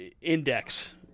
index